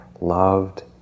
loved